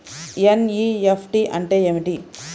NEFT అంటే ఏమిటి?